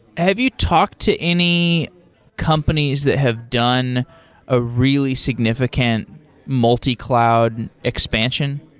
have you talked to any companies that have done a really significant multi cloud expansion?